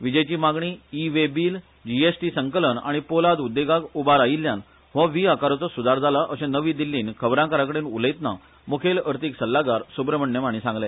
वीजेची मागणी e way bill GST संकलन आनी पोलाद उद्देगाक उबार आयिल्ल्यान हो व्ही आकाराचो सुदार जाला अशें नवी दिल्लीन खबराकारांकडेन उलयतना मुखेल अर्थिक सल्लागार सुब्रमण्यम हाणी सांगले